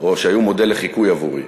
או שהיו מודל לחיקוי עבורך?